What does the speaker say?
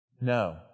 No